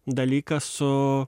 dalykas su